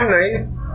nice